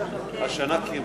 השנה קיימו.